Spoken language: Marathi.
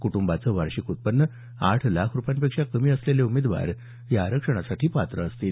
कुटुंबाचं वार्षिक उत्पन्न आठ लाख रुपयांपेक्षा कमी असलेले उमेदवार या आरक्षणासाठी पात्र असतील